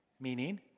Meaning